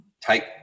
take